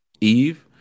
Eve